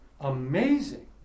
amazing